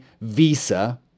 visa